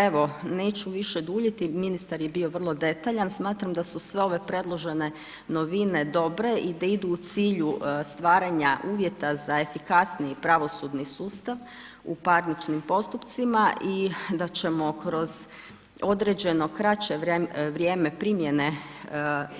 Evo neću više duljiti, ministar je bio vrlo detaljan, smatram da su sve ove predložene novine dobre i da idu cilju stvaranja uvjeta za efikasniji pravosudni sustav u parničnim postupcima i da ćemo kroz određeno kraće vrijeme primjene